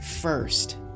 first